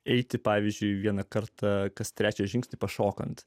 eiti pavyzdžiui vieną kartą kas trečią žingsnį pašokant